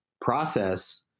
process